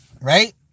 Right